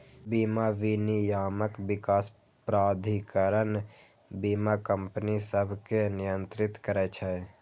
बीमा विनियामक विकास प्राधिकरण बीमा कंपनी सभकें नियंत्रित करै छै